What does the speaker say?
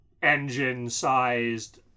engine-sized